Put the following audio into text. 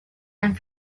and